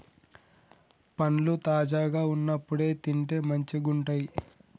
పండ్లు తాజాగా వున్నప్పుడే తింటే మంచిగుంటయ్